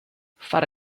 fare